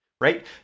right